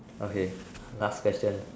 okay last question